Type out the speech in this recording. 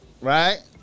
right